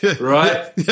right